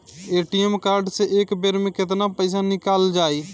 ATM card से एक बेर मे केतना पईसा निकल जाई?